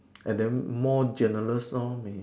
and then more generous lor may